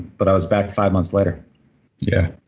but i was back five months later yeah.